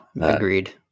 Agreed